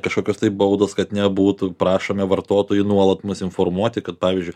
kažkokios baudos kad nebūtų prašome vartotojų nuolat mus informuoti kad pavyzdžiui